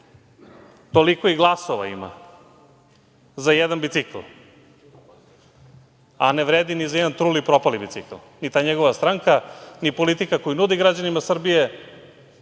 Toliko i glasova ima, za jedan bicikl, a ne vredi ni za jedan truli, propali bicikl, i ta njegova stranka, i politika koju nudi građanima Srbije,